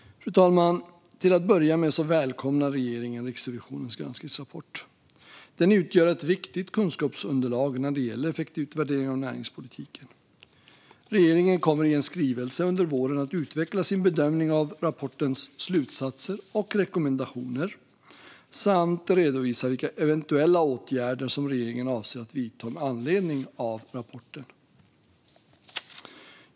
Fru talman! Till att börja med välkomnar regeringen Riksrevisionens granskningsrapport som utgör ett viktigt kunskapsunderlag när det gäller effektutvärderingar av näringspolitiken. Regeringen kommer i en skrivelse under våren att utveckla sin bedömning av rapportens slutsatser och rekommendationer samt redovisa vilka eventuella åtgärder som regeringen avser att vidta med anledning av rapporten.